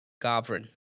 Govern